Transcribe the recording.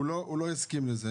הוא לא הסכים לזה,